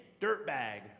dirtbag